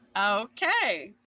okay